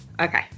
Okay